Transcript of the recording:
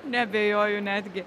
neabejoju netgi